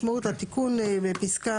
המשמעות, התיקון בפסקה,